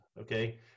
okay